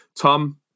Tom